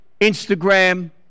instagram